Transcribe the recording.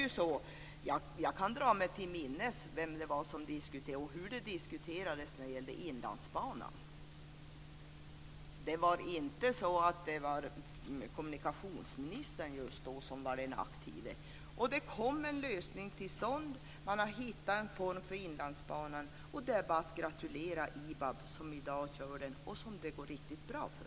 Jag kan dock dra mig till minnes vem det var som diskuterade och hur det diskuterades när det gällde Inlandsbanan. Det var inte den dåvarande kommunikationsministern som var den aktive. Det kom också en lösning till stånd. Man har hittat en form för Inlandsbanan. Det är bara att gratulera IBAB, som i dag trafikerar den och som det går riktigt bra för.